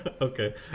Okay